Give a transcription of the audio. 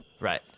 Right